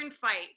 fight